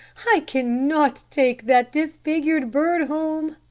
i cannot take that disfigured bird home.